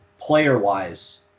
player-wise